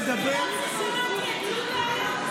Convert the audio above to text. אם תיתנו לדבר --- וגם כששמעתי את יהודה היום,